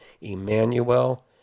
Emmanuel